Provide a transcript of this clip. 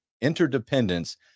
interdependence